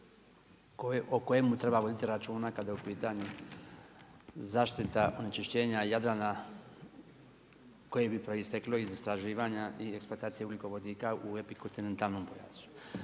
o kojemu treba voditi računa kada je u pitanju zaštite onečišćenja Jadrana koje bi proisteklo iz istraživanja i eksploatacije ugljikovodika u epikontinentalnom pojasu.